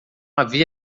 havia